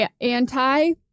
anti